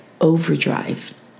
overdrive